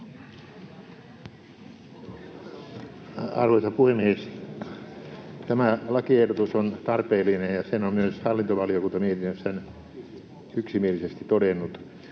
Arvoisa puhemies! Tämä lakiehdotus on tarpeellinen, ja sen on myös hallintovaliokunta mietinnössään yksimielisesti todennut.